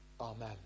Amen